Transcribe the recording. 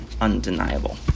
undeniable